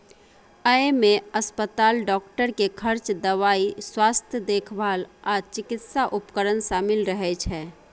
अय मे अस्पताल, डॉक्टर के खर्च, दवाइ, स्वास्थ्य देखभाल आ चिकित्सा उपकरण शामिल रहै छै